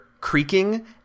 creaking